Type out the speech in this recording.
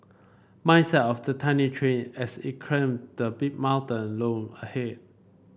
mindset of the tiny train as it climbed the big mountain loom ahead